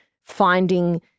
finding